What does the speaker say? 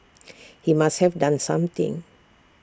he must have done something